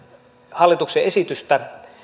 hallituksen esitystä